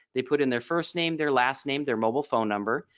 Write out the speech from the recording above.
they put in their first name their last name their mobile phone number.